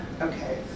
okay